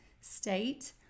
state